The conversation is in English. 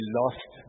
lost